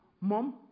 mom